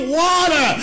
water